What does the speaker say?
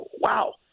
wow